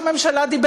אני אוסיף לך.